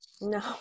No